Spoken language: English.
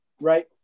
right